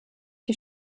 die